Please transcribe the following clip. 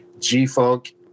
g-funk